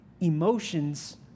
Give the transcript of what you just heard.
emotions